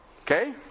Okay